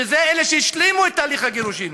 ואלה השלימו את תהליך הגירושין,